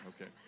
Okay